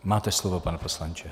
Máte slovo, pane poslanče.